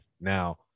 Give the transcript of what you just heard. Now